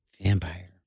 Vampire